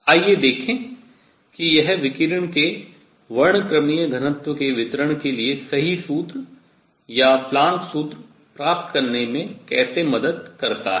आइए देखें कि यह विकिरण के वर्णक्रमीय घनत्व के वितरण के लिए सही सूत्र या प्लैंक सूत्र Planks' formula प्राप्त करने में कैसे मदद करता है